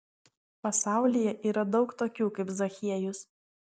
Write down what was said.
pasaulyje yra daug tokių kaip zachiejus